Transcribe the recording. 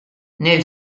nel